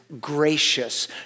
gracious